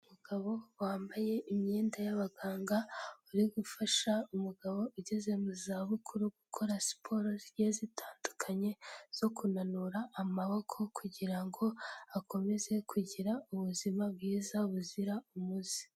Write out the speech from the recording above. Umugabo wambaye imyenda y'abaganga, uri gufasha umugabo ugeze mu za bukuru gukora siporo zigiye zitandukanye, zo kunanura amaboko kugira ngo akomeze kugira ubuzima bwiza buzira umuze.